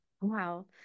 wow